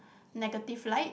negative light